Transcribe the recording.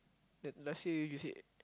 that last year you said